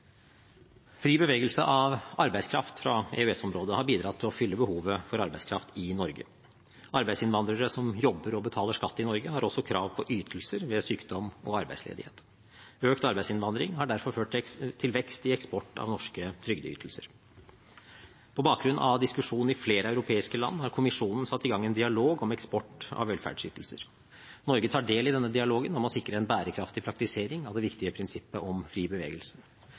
Fri bevegelse av arbeidskraft fra EØS-området har bidratt til å fylle behovet for arbeidskraft i Norge. Arbeidsinnvandrere som jobber og betaler skatt i Norge, har også krav på ytelser ved sykdom og arbeidsledighet. Økt arbeidsinnvandring har derfor ført til vekst i eksport av norske trygdeytelser. På bakgrunn av diskusjon i flere europeiske land har kommisjonen satt i gang en dialog om eksport av velferdsytelser. Norge tar del i denne dialogen om å sikre en bærekraftig praktisering av det viktige prinsippet om fri bevegelse.